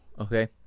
Okay